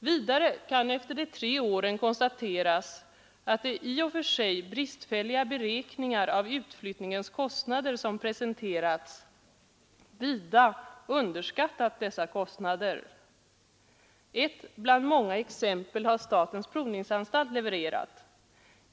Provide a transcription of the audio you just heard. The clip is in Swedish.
Vidare kan efter de tre åren konstateras att man i de i och för sig bristfälliga beräkningar av utflyttningens kostnader som presenterats vida underskattat dessa kostnader. Ett av många exempel har statens provningsanstalt levererat.